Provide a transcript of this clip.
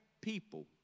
people